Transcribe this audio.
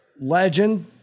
legend